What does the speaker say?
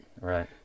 right